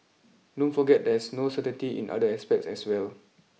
don't forget there's no certainty in other aspects as well